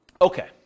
Okay